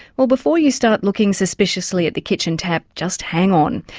well before you start looking suspiciously at the kitchen tap just hang on,